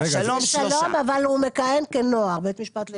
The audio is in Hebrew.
זה שלום, אבל הוא מכהן כבית משפט לנוער.